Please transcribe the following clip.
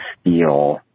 steel